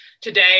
today